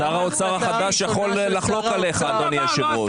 שר האוצר החדש יכול לחלוק עליך, אדוני היושב-ראש.